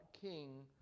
king